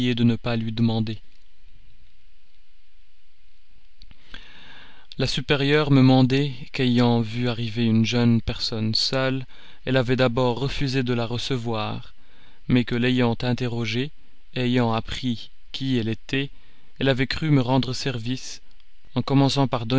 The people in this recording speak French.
de ne pas lui demander la supérieure me mandait qu'ayant vu arriver une jeune personne seule elle avait d'abord refusé de la recevoir mais que l'ayant interrogée ayant appris qui elle était elle avait cru me rendre service en commençant par